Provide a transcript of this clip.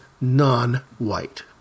non-white